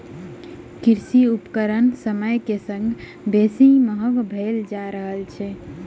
कृषि उपकरण समय के संग बेसी महग भेल जा रहल अछि